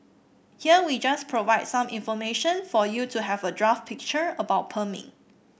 here we just provide some information for you to have a draft picture about perming